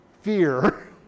fear